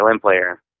player